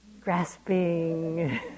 Grasping